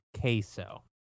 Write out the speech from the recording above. queso